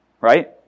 right